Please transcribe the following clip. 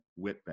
Whitbeck